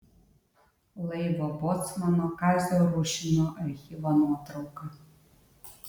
laivo bocmano kazio rušino archyvo nuotrauka